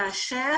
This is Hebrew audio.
כאשר